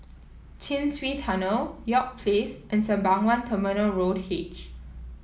Chin Swee Tunnel York Place and Sembawang Terminal Road H